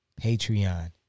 Patreon